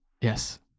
Yes